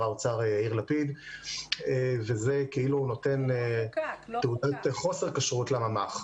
האוצר אז היה יאיר לפיד וזה כאילו נותן חוסר כשרות לממ"ח.